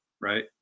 right